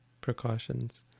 precautions